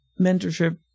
mentorship